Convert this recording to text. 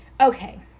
okay